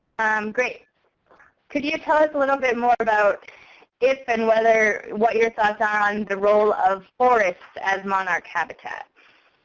and great. could you tell us a little bit more about if and whether what your thoughts are on the role of forests as monarch habitats?